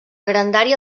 grandària